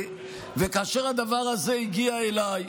כאשר הדבר הזה הגיע אליי,